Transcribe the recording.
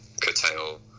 curtail